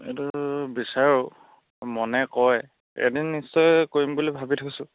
এইটো বিচাৰো মনে কয় এদিন নিশ্চয় কৰিম বুলি ভাবি থৈছো